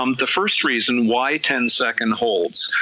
um the first reason, why ten second holds,